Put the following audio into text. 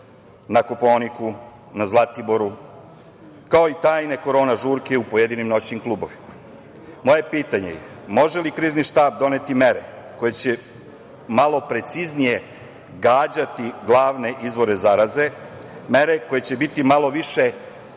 na Kopaoniku, na Zlatiboru, kao i tajne korona žurke u pojedinim noćnim klubovima. Moje pitanje je – može li Krizni štab doneti mere koje će malo preciznije gađati glavne izvore zaraze, mere koje će biti malo više konkretizovane,